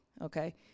okay